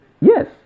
Yes